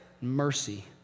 mercy